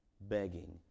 begging